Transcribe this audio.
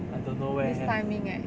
I don't know where have